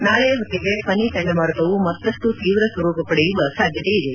ನಾಳೆಯ ಹೊತ್ತಿಗೆ ಫನಿ ಚಂಡಮಾರುತವು ಮತ್ತಷ್ಟು ಶೀವ್ರ ಸ್ವರೂಪ ಪಡೆಯುವ ಸಾಧ್ಯತೆಯಿದೆ